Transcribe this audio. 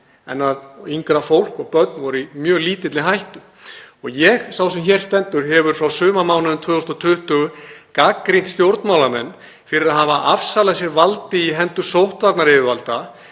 en að yngra fólk og börn voru í mjög lítilli hættu. Sá sem hér stendur hefur frá sumarmánuðum 2020 gagnrýnt stjórnmálamenn fyrir að hafa afsalað sér valdi í hendur sóttvarnayfirvalda.